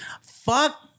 fuck